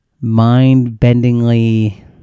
mind-bendingly